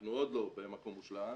אנחנו עוד לא במקום מושלם,